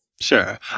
Sure